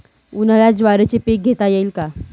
उन्हाळ्यात ज्वारीचे पीक घेता येईल का?